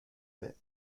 bit